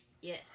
Yes